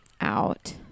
out